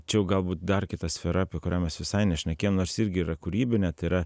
čia jau galbūt dar kita sfera apie kurią mes visai nešnekėjom nors ji irgi yra kūrybinė tai yra